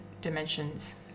dimensions